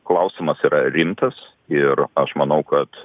klausimas yra rimtas ir aš manau kad